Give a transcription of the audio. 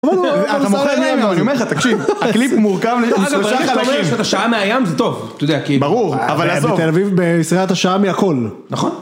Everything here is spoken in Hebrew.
אני אומר לך תקשיב, הקליפ מורכב לשלושה חלקים. שעה מהים זה טוב, אתה יודע כי... ברור, אבל עזוב. בתל אביב בישראל אתה שעה מהכל. נכון.